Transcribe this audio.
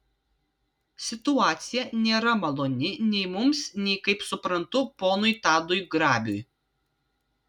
situacija nėra maloni nei mums nei kaip suprantu ponui tadui grabiui